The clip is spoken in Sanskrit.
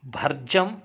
भर्जं